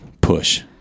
push